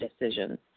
decisions